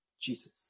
Jesus